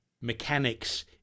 mechanics